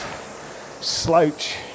slouch